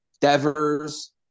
Devers